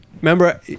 remember